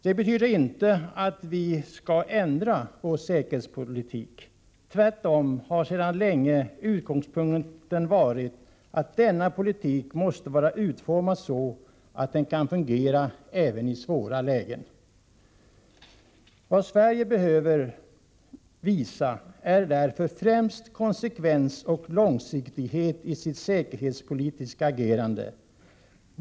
Det betyder inte att vi skall ändra vår säkerhetspolitik. Tvärtom har utgångspunkten sedan länge varit att denna politik måste vara så utformad att den kan fungera även i svåra lägen. Vad Sverige behöver visa är därför främst konsekvens och långsiktighet i sitt säkerhetspolitiska agerande.